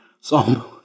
Psalm